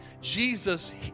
Jesus